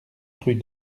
rue